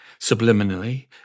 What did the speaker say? subliminally